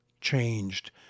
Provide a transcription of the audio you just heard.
changed